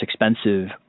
expensive